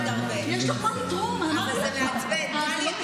יש לך מה לתרום, ואת מורידה את זה.